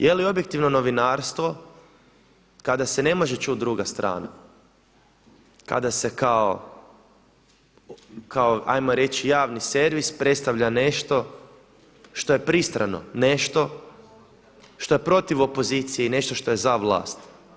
Jeli objektivno novinarstvo kada se ne može čuti druga strana, kada se kao ajmo reći javni servis predstavlja nešto što je pristrano nešto što je protiv opozicije i nešto što je za vlast.